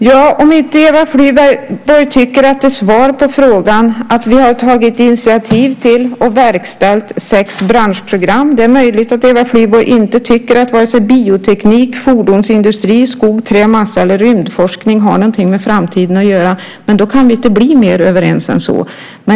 Herr talman! Eva Flyborg tycker inte att det är svar på frågan att vi har tagit initiativ till och verkställt sex branschprogram. Det är möjligt att Eva Flyborg inte tycker att bioteknik, fordonsindustri, skogsindustri, trä och massaindustri eller rymdforskning har någonting med framtiden att göra. Men då kan vi inte bli mer överens än så.